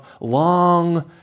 long